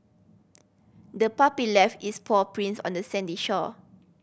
the puppy left its paw prints on the sandy shore